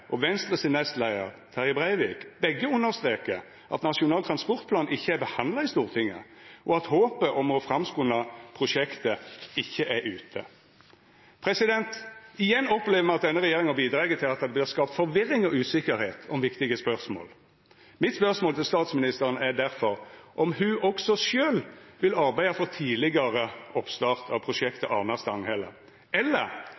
og nestleiaren i Venstre, Terje Breivik, begge understrekar at Nasjonal transportplan ikkje er behandla i Stortinget, og at håpet om å framskunda prosjektet ikkje er ute. Igjen opplever me at denne regjeringa bidreg til at det vert skapt forvirring og usikkerheit om viktige spørsmål. Mitt spørsmål til statsministeren er difor om ho også sjølv vil arbeida for tidlegare oppstart av prosjektet Arna–Stanghelle, eller